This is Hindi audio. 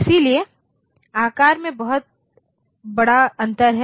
इसलिए आकार में बहुत बड़ा अंतर है